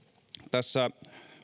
tässä